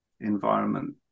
environment